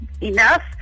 enough